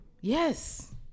Yes